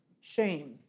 shame